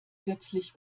plötzlich